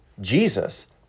Jesus